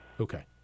Okay